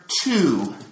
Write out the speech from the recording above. two